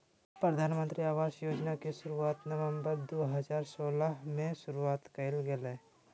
प्रधानमंत्री आवास योजना के शुरुआत नवम्बर दू हजार सोलह में शुरु कइल गेलय